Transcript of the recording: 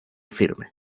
firme